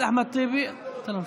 לא צריך, לא צריך, לא צריך.